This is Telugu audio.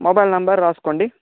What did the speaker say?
మొబైల్ నెంబర్ రాసుకోండి